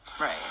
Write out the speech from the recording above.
Right